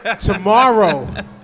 tomorrow